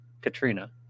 Katrina